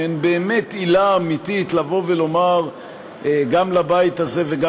שהן באמת עילה אמיתית לומר גם לבית הזה וגם